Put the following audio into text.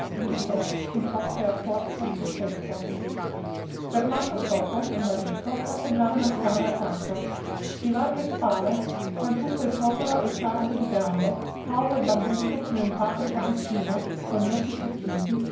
livide composte a forza sul petto bernardo sopo il marito passeggiava nella camera accanto di larghe spalle quantunque povero e tardo di gambe calvo e barbuto come un padre cappuccino con gli occhi socchiusi